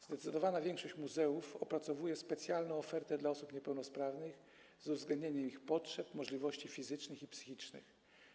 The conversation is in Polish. Zdecydowana większość muzeów opracowuje specjalną ofertę dla osób niepełnosprawnych z uwzględnieniem ich potrzeb, możliwości fizycznych i psychicznych.